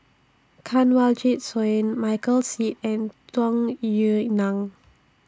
Kanwaljit Soin Michael Seet and Tung Yue Nang